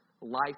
life